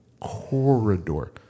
Corridor